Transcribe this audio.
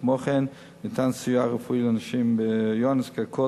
כמו כן ניתן סיוע רפואי לנשים בהיריון הנזקקות